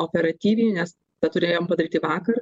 operatyviai nes tą turėjom padaryti vakar